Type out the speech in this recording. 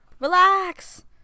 Relax